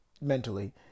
mentally